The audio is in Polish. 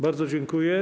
Bardzo dziękuję.